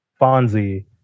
Fonzie